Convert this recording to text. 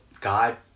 God